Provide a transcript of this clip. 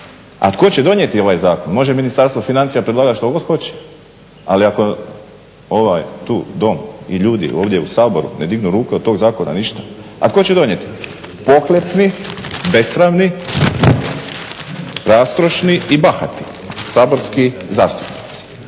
A tko će donijeti ovaj zakon? Može Ministarstvo financija predlagati što god hoće, ali ako ovaj tu Dom i ljudi ovdje u Saboru ne dignu ruke od tog zakona ništa. A tko će donijeti? Pohlepni, besramni, rastrošni i bahati saborski zastupnici